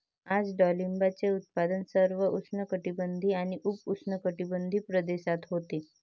आज डाळिंबाचे उत्पादन सर्व उष्णकटिबंधीय आणि उपउष्णकटिबंधीय प्रदेशात होते